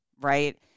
right